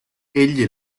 egli